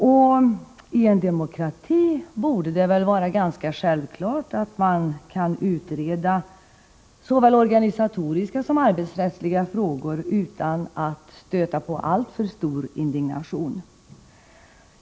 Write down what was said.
I en demokrati borde det vara ganska självklart att man kan utreda såväl organisatoriska som arbetsrättsliga frågor utan att stöta på alltför stor indignation.